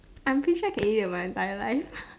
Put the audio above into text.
I'm pretty sure I can eat that my entire life